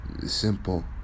simple